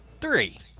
three